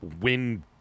win